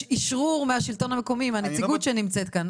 אשרור מהשלטון המקומי, מהנציגות שנמצאת כאן.